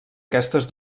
aquestes